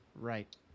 Right